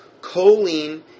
Choline